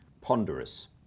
Ponderous